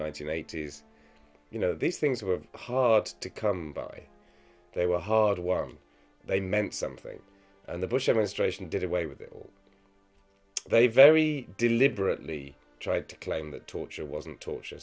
hundred eighty s you know these things were hard to come by they were hard work they meant something and the bush administration did away with it they very deliberately tried to claim that torture wasn't torture